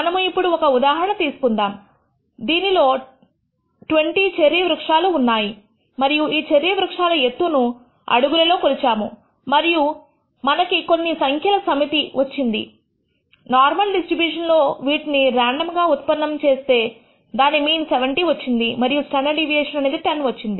మనము ఇప్పుడు ఒక ఉదాహరణను తీసుకుందాము దీనిలో 20 చెర్రీ వృక్షాలు ఉన్నాయి మరియు ఈ చెర్రీ వృక్షాల యొక్క ఎత్తును అడుగులలో కొలిచాము మరియు మనకి కొన్ని సంఖ్యల సమితి వచ్చింది నార్మల్ డిస్ట్రిబ్యూషన్ లో వీటిని రాండమ్ గా ఉత్పన్నం చేస్తే దాని మీన్ 70 వచ్చింది మరియు స్టాండర్డ్ డీవియేషన్ అనేది 10 వచ్చింది